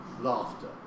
Laughter